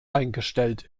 eingestellt